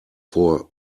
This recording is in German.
vor